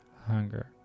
hunger